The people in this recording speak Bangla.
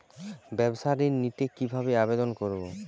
ব্যাবসা ঋণ নিতে কিভাবে আবেদন করব?